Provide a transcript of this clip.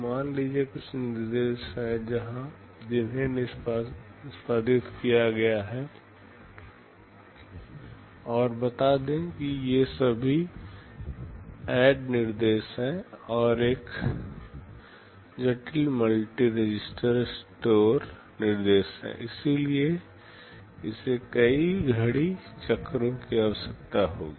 मान लीजिए कुछ निर्देश हैं जिन्हें निष्पादित किया गया है और बता दें कि ये सभी ADD निर्देश हैं और एक जटिल मल्टी रजिस्टर स्टोर निर्देश है इसलिए इसे कई घड़ी चक्रों की आवश्यकता होगी